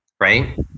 right